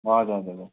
हजुर हजुर हजुर